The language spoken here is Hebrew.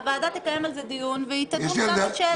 הוועדה תדון בשאלה הזאת.